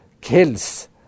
kills